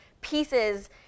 pieces